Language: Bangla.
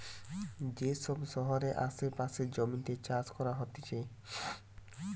যে সব শহরের আসে পাশের জমিতে চাষ করা হতিছে